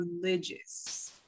religious